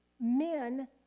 men